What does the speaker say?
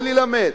או ללמד,